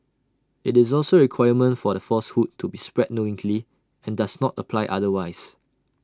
IT is also requirement for the falsehood to be spread and does not apply otherwise